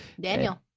Daniel